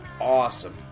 awesome